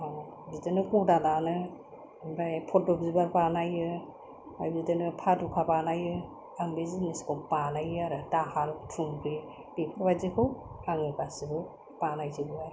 बिदिनो गदा दानो ओमफ्राय फथ' बिबार बानायो ओमफ्राय बिदिनो फादुखा बानायो आं बे जिनिसखौ बानायो आरो दाहाल थुंग्रि बेफोरबायदिखौ आङो गासिबो बानायजोबो आरो